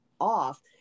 off